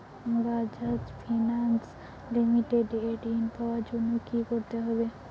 Bajaj finance limited এ ঋন পাওয়ার জন্য কি করতে হবে?